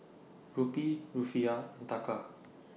Rupee Rufiyaa and Taka